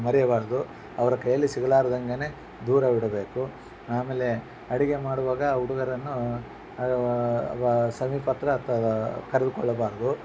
ಮರೆಯಬಾರದು ಅವರ ಕೈಯಲ್ಲಿ ಸಿಗಲಾರ್ದಂಗೆ ದೂರವಿಡಬೇಕು ಆಮೇಲೆ ಅಡುಗೆ ಮಾಡುವಾಗ ಹುಡುಗರನ್ನು ಸಮೀಪ ಹತ್ರ ಅಥವಾ ಕರೆದುಕೊಳ್ಳಬಾರದು